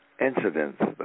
incidents